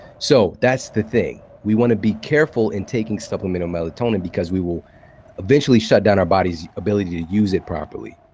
so that's the thing. we want to be careful in taking supplemental melatonin because we will eventually shut down our body's ability to use it properly.